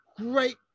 great